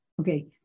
Okay